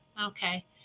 Okay